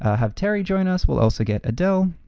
ah have terrie join us. we'll also get adele,